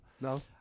no